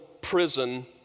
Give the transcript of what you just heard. prison